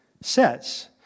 says